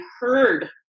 heard